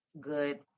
good